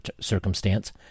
circumstance